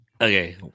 Okay